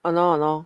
!hannor! !hannor!